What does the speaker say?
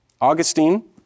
Augustine